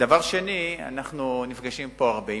דבר שני, אנחנו נפגשים פה הרבה.